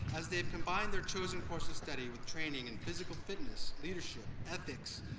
as they have combined their chosen course of study with training in physical fitness, leadership, ethics,